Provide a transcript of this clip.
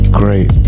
great